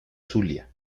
zulia